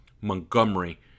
Montgomery